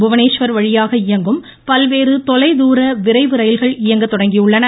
புவனேஸ்வர் வழியாக இயங்கும் பல்வேறு தொலைதூர விரைவு ரயில்கள் இயங்கத் தொடங்கியுள்ளது